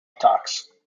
attacks